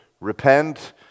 repent